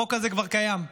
החוק הזה כבר קיים.